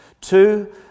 Two